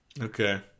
Okay